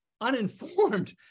uninformed